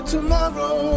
Tomorrow